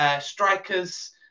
strikers